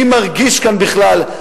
מי מרגיש כאן בכלל,